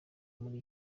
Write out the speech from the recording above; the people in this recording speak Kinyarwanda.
muri